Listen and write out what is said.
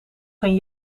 geen